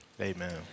Amen